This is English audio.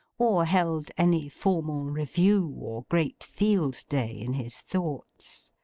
or held any formal review or great field-day in his thoughts.